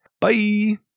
Bye